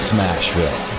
Smashville